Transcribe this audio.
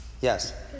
Yes